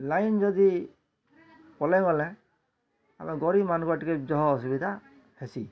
line ଯଦି ପଳେଇ ଗଲା ଆମ ଗରିବ୍ମାନଙ୍କୁ ଟିକେ ଯହ ଅସୁବିଧା ହେସି